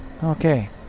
Okay